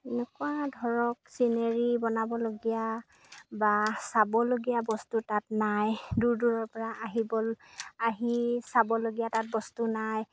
এনেকুৱা ধৰক চিনেৰী বনাবলগীয়া বা চাবলগীয়া বস্তু তাত নাই দূৰ দূৰৰ পৰা আহিব আহি চাবলগীয়া তাত বস্তু নাই